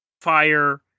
fire